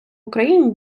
україні